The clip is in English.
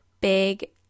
big